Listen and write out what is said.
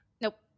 nope